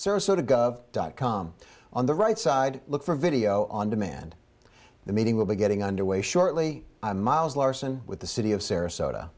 sarasota gov dot com on the right side look for video on demand the meeting will be getting underway shortly i'm miles larson with the city of sarasota